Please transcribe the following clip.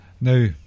now